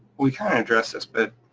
we kinda addressed this bit.